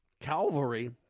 Calvary